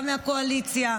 גם מהקואליציה.